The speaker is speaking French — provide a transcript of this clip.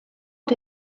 ont